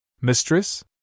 Mistress